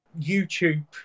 YouTube